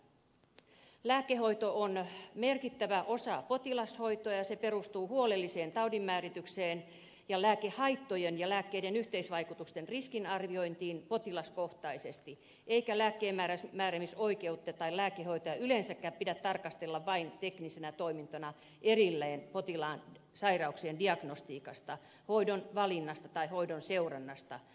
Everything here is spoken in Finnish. lääkehoito on merkittävä osa potilashoitoa ja se perustuu huolelliseen taudinmääritykseen ja lääkehaittojen ja lääkkeiden yhteisvaikutusten riskinarviointiin potilaskohtaisesti eikä lääkkeenmääräämisoikeutta tai lääkehoitoa yleensäkään pidä tarkastella vain teknisenä toimintana erillään potilaan sairauksien diagnostiikasta hoidon valinnasta tai hoidon seurannasta